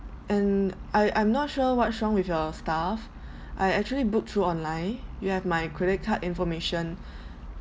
and I I'm not sure what's wrong with your staff I actually booked through online you have my credit card information